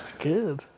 Good